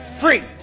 Free